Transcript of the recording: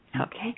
Okay